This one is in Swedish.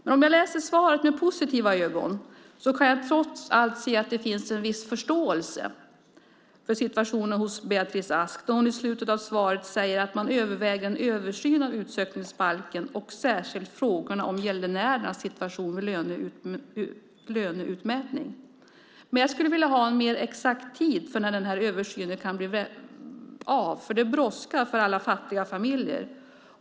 Men om jag läser svaret med positiva ögon kan jag trots allt se att det finns en viss förståelse för situationen hos Beatrice Ask då hon i slutet av svaret säger att man överväger en översyn av utsökningsbalken och särskilt frågorna om gäldenärernas situation vid löneutmätning. Jag skulle dock vilja ha en mer exakt tid för när den här översynen kan bli av, för det brådskar för alla fattiga familjer.